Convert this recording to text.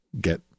get